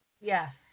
Yes